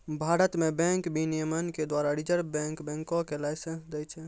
भारत मे बैंक विनियमन के द्वारा रिजर्व बैंक बैंको के लाइसेंस दै छै